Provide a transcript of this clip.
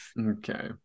Okay